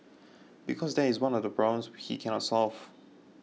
because that is one of the problems he can not solve